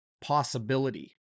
possibility